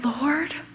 Lord